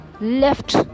left